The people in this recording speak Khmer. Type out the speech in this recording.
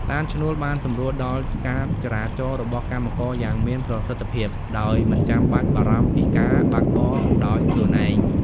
ឡានឈ្នួលបានសម្រួលដល់ការចរាចរណ៍របស់កម្មករយ៉ាងមានប្រសិទ្ធភាពដោយមិនចាំបាច់បារម្ភពីការបើកបរដោយខ្លួនឯង។